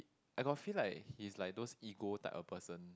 I got feel like he's like those ego type of person